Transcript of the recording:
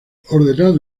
ordenado